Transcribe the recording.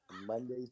Monday